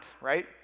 right